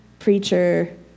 preacher